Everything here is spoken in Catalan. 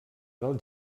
del